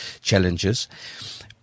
challenges